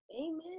Amen